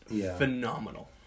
phenomenal